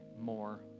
more